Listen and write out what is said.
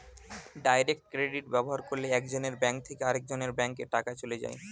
direct credit ব্যবহার করলে একজনের ব্যাঙ্ক থেকে আরেকজনের ব্যাঙ্কে টাকা চলে যায়